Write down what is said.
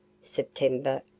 September